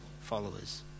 followers